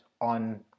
on